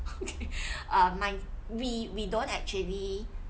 um my we we don't actually